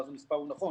ואז המספר הוא נכון.